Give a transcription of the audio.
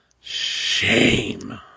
Shame